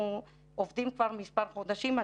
אנחנו עובדים כבר מספר חודשים.